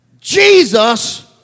Jesus